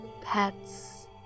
pets